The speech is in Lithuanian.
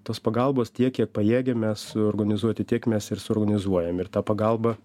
tos pagalbos tiek kiek pajėgiame suorganizuoti tiek mes ir suorganizuojam ir ta pagalba